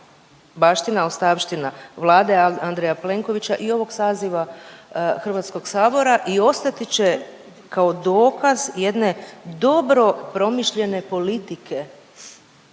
baština, ostavština Vlade Andreja Plenkovića i ovog saziva Hrvatskog sabora i ostati će kao dokaz jedne dobro promišljene politike